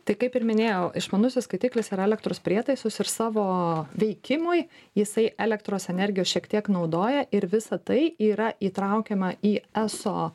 tai kaip ir minėjau išmanusis skaitiklis yra elektros prietaisus ir savo veikimui jisai elektros energijos šiek tiek naudoja ir visa tai yra įtraukiama į eso